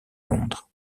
londres